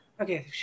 Okay